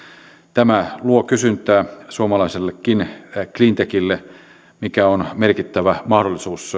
tämä luo kysyntää suomalaisellekin cleantechille mikä on merkittävä mahdollisuus